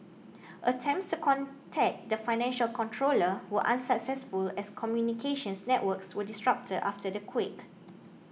attempts to contact the financial controller were unsuccessful as communications networks were disrupted after the quake